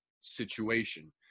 situation